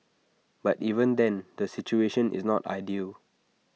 but even then the situation is not ideal